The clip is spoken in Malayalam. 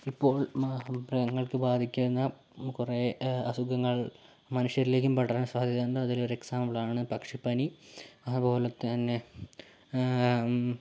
ഇപ്പോൾ മൃഗങ്ങൾക്ക് ബാധിക്കുന്ന കുറേ അസുഖങ്ങൾ മനുഷ്യരിലേക്കും പടരാൻ സാധ്യത ഉണ്ട് അതിലൊരു എക്സാമ്പിളാണ് പക്ഷിപ്പനി അതുപോലെ തന്നെ